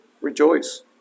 Rejoice